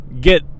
get